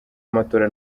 amatora